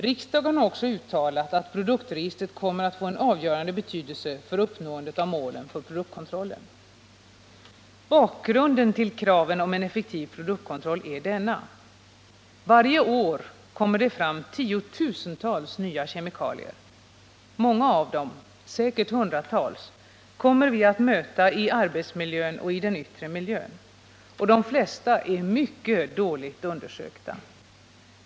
Riksdagen har också uttalat att produktregistret kommer att få en avgörande betydelse för uppnåendet av målen för produktkontrollen. Bakgrunden till kraven på en effektiv produktkontroll är denna. Varje år kommer det fram tiotusentals nya kemikalier. Många av dem — säkert hundratals — kommer vi att möta i arbetsmiljön och i den yttre miljön. De flesta är mycket dåligt undersökta.